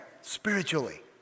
spiritually